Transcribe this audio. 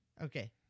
Okay